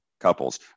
couples